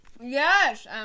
Yes